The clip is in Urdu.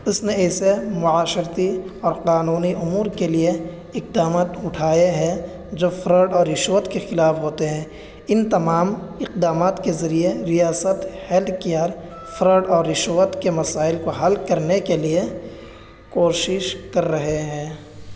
اس نے ایسے معاشرتی اور قانونی امور کے لیے اقدامت اٹھائے ہیں جو فراڈ اور رشوت کے خلاف ہوتے ہیں ان تمام اقدامات کے ذریعے ریاست ہیلتھ کیئر فراڈ اور رشوت کے مسائل کو حل کرنے کے لیے کوشش کر رہے ہیں